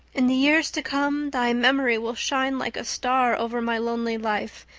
in the years to come thy memory will shine like a star over my lonely life,